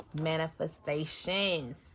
manifestations